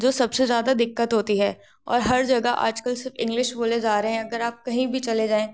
जो सबसे ज़्यादा दिक्कत होती है और हर जगह आज कल सिफ़ इंग्लिश बोले जा रहे हैं अगर आप कहीं भी चले जाएँ